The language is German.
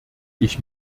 ich